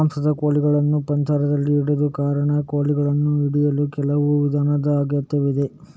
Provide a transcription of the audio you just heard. ಮಾಂಸದ ಕೋಳಿಗಳನ್ನು ಪಂಜರದಲ್ಲಿ ಇಡದ ಕಾರಣ, ಕೋಳಿಗಳನ್ನು ಹಿಡಿಯಲು ಕೆಲವು ವಿಧಾನದ ಅಗತ್ಯವಿದೆ